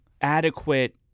adequate